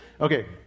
Okay